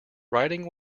writing